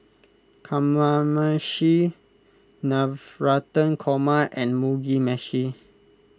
Kamameshi Navratan Korma and Mugi Meshi